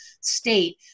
state